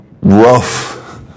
rough